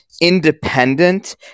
independent